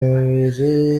imibiri